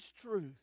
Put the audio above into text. truth